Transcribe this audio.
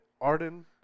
Arden